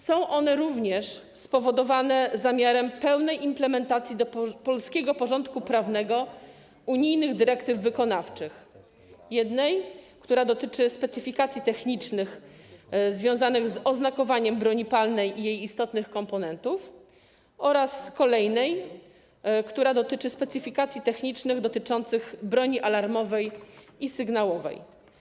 Są one również spowodowane zamiarem pełnej implementacji do polskiego porządku prawnego unijnych dyrektyw wykonawczych - jednej, która dotyczy specyfikacji technicznych związanych z oznakowaniem broni palnej i jej istotnych komponentów, oraz kolejnej, która dotyczy specyfikacji technicznych dotyczących broni alarmowej i sygnałowej.